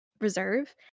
reserve